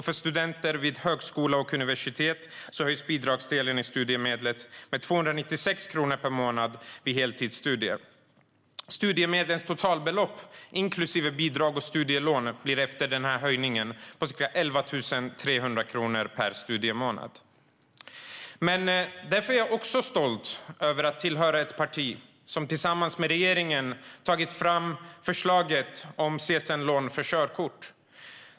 För studenter vid högskola och universitet höjs bidragsdelen i studiemedlet med 296 kronor per månad vid heltidsstudier. Studiemedlens totalbelopp, inklusive bidrag och studielån, blir efter höjningen ca 11 300 kronor per studiemånad. Jag är också stolt över att tillhöra ett parti som tillsammans med regeringen tagit fram förslaget om CSN-lån för körkort.